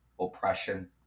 oppression